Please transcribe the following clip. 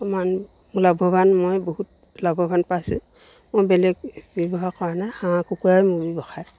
লাভৱান মই বহুত লাভৱান পাইছোঁ মই বেলেগ ব্যৱসায় কৰা নাই হাঁহ কুকুৰাই মোৰ ব্যৱসায়